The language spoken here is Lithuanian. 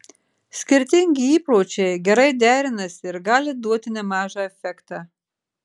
skirtingi įpročiai gerai derinasi ir gali duoti nemažą efektą